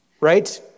right